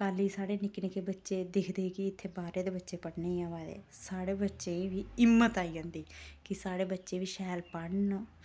कल गी साढ़े निक्के निक्के बच्चे दिखदे कि इत्थै बाह्रे दे बच्चे पढ़ने ई आवा दे साढ़े बच्चें ई बी हिम्मत आई जंदी कि साढ़े बच्चे बी शैल पढ़न